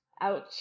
ouch